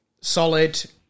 solid